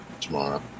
tomorrow